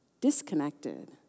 disconnected